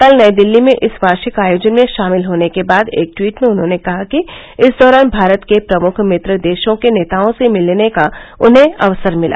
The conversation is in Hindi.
कल नई दिल्ली में इस वार्षिक आयोजन में शामिल होने के बाद एक ट्वीट भें उन्होंने कहा कि इस दौरान भारत के प्रमुख मित्र देशों के नेताओं से मिलने का उन्हें अवसर मिला